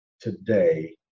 today